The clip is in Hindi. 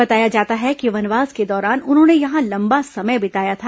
बताया जाता है कि वनवास के दौरान उन्होने यहां लंबा समय बिताया था